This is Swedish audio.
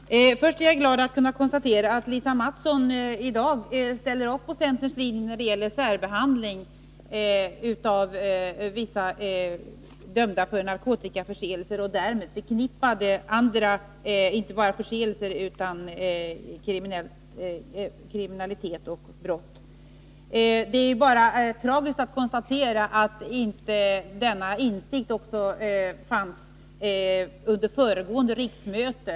Herr talman! Först är jag ju glad över att kunna konstatera att Lisa Mattson i dag ställer upp på centerns linje när det gäller särbehandling av vissa personer som dömts för narkotikaförseelser och därmed förknippad kriminalitet och brott. Det är bara tragiskt att konstatera att denna insikt inte fanns också under föregående riksmöte.